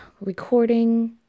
recording